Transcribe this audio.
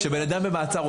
כשבן אדם במעצר,